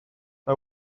mae